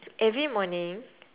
every morning